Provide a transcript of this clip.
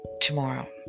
tomorrow